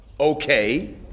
Okay